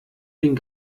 den